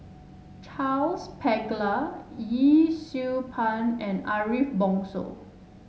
Charles Paglar Yee Siew Pun and Ariff Bongso